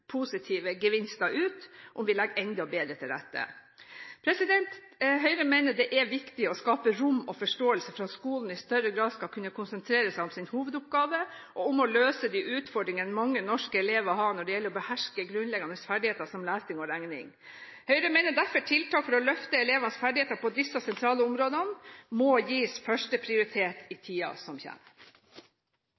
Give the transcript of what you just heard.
positive gevinster om vi legger enda bedre til rette. Høyre mener det er viktig å skape rom og forståelse for at skolen i større grad skal kunne konsentrere seg om sin hovedoppgave og om å løse de utfordringene mange norske elever har når det gjelder å beherske grunnleggende ferdigheter som lesing og regning. Høyre mener derfor at tiltak for å løfte elevenes ferdigheter på disse sentrale områdene må gis førsteprioritet i